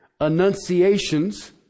enunciations